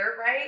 right